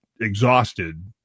exhausted